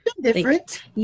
different